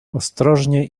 ostrożnie